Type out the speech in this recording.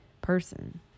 person